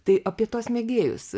tai apie tuos mėgėjus